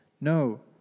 no